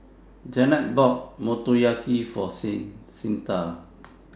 Jannette bought Motoyaki For Cyntha